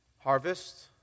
Harvest